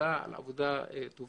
תודה על עבודה טובה.